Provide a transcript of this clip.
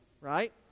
right